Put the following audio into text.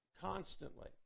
Constantly